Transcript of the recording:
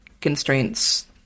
constraints